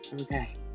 Okay